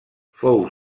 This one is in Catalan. fou